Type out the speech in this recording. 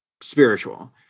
spiritual